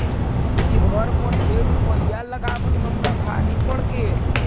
ई घर पर ढेर रूपईया लगाबल हमरा भारी पड़ गेल